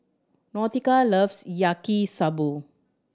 Nautica loves Yaki Soba